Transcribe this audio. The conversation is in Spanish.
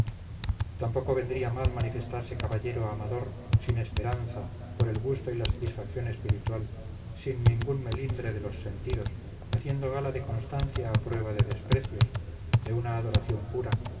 tampoco vendría mal manifestarse caballero amador sin esperanza por el gusto y la satisfacción espiritual sin ningún melindre de los sentidos haciendo gala de constancia a prueba de desprecios de una adoración pura